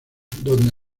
donde